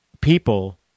people